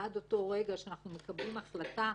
עד אותו רגע שאנחנו מקבלים החלטה,